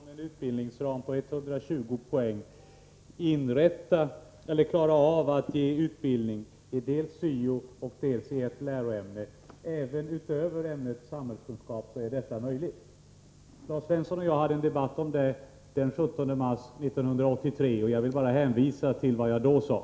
Herr talman! Jag vill bara till Lars Svensson säga att det är fullt möjligt att inom en utbildningsram om 120 poäng ge utbildning dels i syo, dels i ett läroämne. Detta är möjligt även beträffande andra ämnen än samhällskunskap. Lars Svensson och jag förde en debatt om detta den 17 mars 1983, och jag vill bara hänvisa till vad jag då sade.